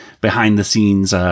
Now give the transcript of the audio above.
behind-the-scenes